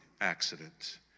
accident